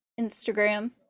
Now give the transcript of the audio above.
Instagram